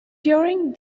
during